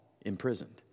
imprisoned